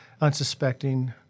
unsuspecting